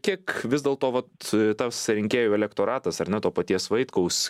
kiek vis dėlto vat tas rinkėjų elektoratas ar ne to paties vaitkaus